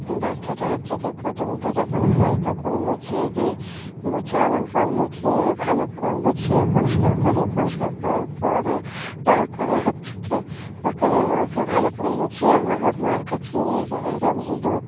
বাচ্চাটা হচ্ছে কী প্রথম তো যখন হয় তখন মুছিয়ে দিই মোছানোর পর মুছিয়ে ভালো করে মুছিয়ে পরিষ্কার করি পরিষ্কার করার পরে তার পরে হচ্ছে কী ওকে ওকে ভালো করে মুছিয়ে মা ওর মার কাছে নিয়ে যাই যেমন দুধ